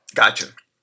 gotcha